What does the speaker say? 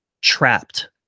trapped